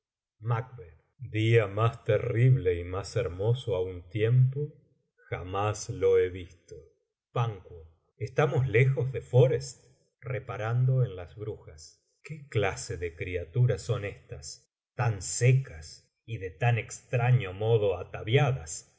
banquo día más terrible y más hermoso á un tiempo jamás lo he visto estamos lejos de forres reparando en las brujas qué clase de criaturas son éstas tan secas y de tan extraño modo ataviadas